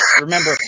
Remember